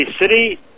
city